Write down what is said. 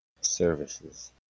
Services